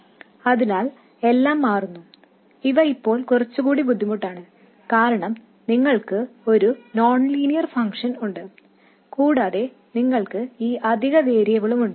അതിനാൽ എല്ലാം മാറുന്നു ഇവ ഇപ്പോൾ കുറച്ചുകൂടി ബുദ്ധിമുട്ടാണ് കാരണം നിങ്ങൾക്ക് ഒരു നോൺ ലീനിയർ ഫംഗ്ഷൻ ഉണ്ട് കൂടാതെ നിങ്ങൾക്ക് ഈ അഡീഷണൽ വേരിയബിളും ഉണ്ട്